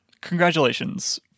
congratulations